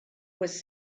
was